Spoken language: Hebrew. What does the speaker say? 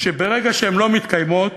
שברגע שהן לא מתקיימות